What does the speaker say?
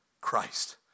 Christ